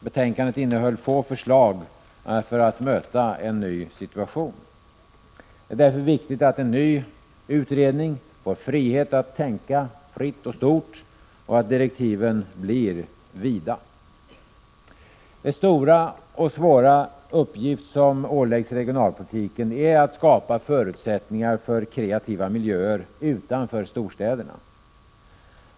Betänkandet innehöll få förslag för att möta en ny situation. Det är därför viktigt att en ny utredning får möjlighet att tänka fritt och stort och att direktiven blir vida. Den stora och svåra uppgift som åläggs regionalpolitiken är att skapa förutsättningar för kreativa miljöer utanför storstäderna.